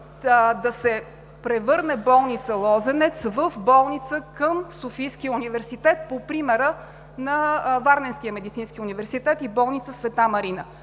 да се превърне в болница към Софийския университет по примера на Варненския медицински университет и болница „Света Марина“.